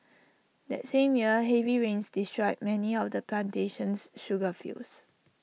that same year heavy rains destroyed many of the plantation's sugar fields